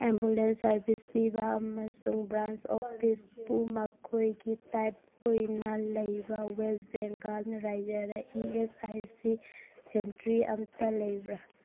ambulance service ꯄꯤꯕ ꯑꯃꯁꯨꯡ branch ꯑꯣꯐꯤꯁꯄꯨ ꯃꯈꯣꯏꯒꯤ ꯇꯥꯏꯞ ꯑꯣꯏꯅ ꯂꯩꯕ ꯋꯦꯁ ꯕꯦꯡꯒꯜ ꯔꯥꯏꯖ꯭ꯌꯥꯗ ꯏꯤ ꯑꯦꯁ ꯑꯥꯏ ꯁꯤ ꯁꯦꯟꯇ꯭ꯔꯤ ꯑꯃꯠꯇ ꯂꯩꯕ꯭ꯔꯥ